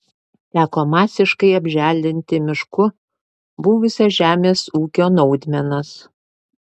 teko masiškai apželdinti mišku buvusias žemės ūkio naudmenas